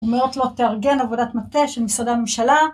אומרות לו תארגן עבודת מטה של משרדי הממשלה